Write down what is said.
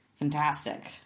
Fantastic